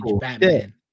Batman